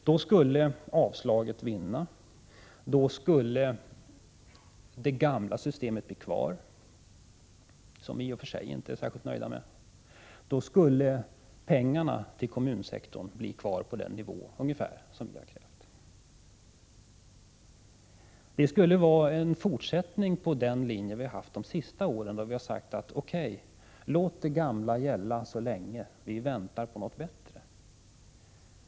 Då skulle avslagsyrkandet vinna, då skulle det gamla systemet bli kvar — som vi i och för sig inte är särskilt nöjda med —, då skulle pengarna till kommunsektorn bli kvar på ungefär den nivå som vi har krävt. Det skulle vara en fortsättning på den linje vi har drivit de senaste åren, då vi har sagt: låt det gamla gälla så länge, vi väntar på något bättre.